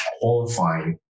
qualifying